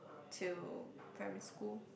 till primary school